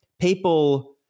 people